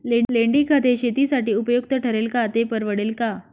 लेंडीखत हे शेतीसाठी उपयुक्त ठरेल का, ते परवडेल का?